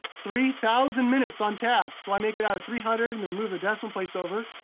three thousand minutes on task, so i make it out of three hundred and then move the decimal place over.